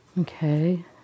Okay